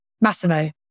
Massimo